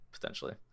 potentially